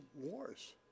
wars